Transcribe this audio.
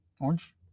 Orange